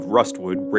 Rustwood